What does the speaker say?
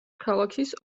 ქალაქის